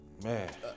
Man